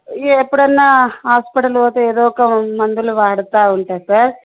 ఏప్పుడన్నా హాస్పటల్కి పోతే ఏదో ఒక మందులు వాడుతూ ఉంటా సార్